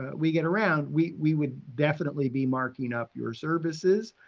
but we get around, we we would definitely be marking up your services